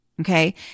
Okay